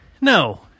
No